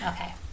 Okay